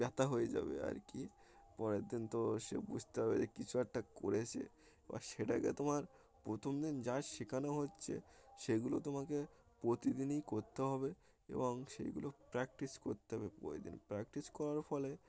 ব্যথা হয়ে যাবে আর কি পরের দিন তো সে বুঝতে পারবে যে কিছু একটা করেছে এবার সেটাকে তোমার প্রথম দিন যা শেখানো হচ্ছে সেগুলো তোমাকে প্রতিদিনই করতে হবে এবং সেইগুলো প্র্যাকটিস করতে হবে প্রতিদিন প্র্যাকটিস করার ফলে